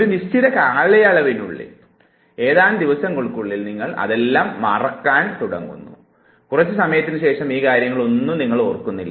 ഒരു നിശ്ചിത കാലയളവിനുള്ളിൽ ഏതാനും ദിവസങ്ങൾക്കുള്ളിൽ നിങ്ങൾ അതെല്ലാം മറക്കുവാൻ തുടങ്ങുന്നു കുറച്ചു സമയത്തിനു ശേഷം ഈ കാര്യങ്ങൾ ഒന്നും നിങ്ങൾ ഓർക്കുന്നുമില്ല